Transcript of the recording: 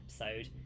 episode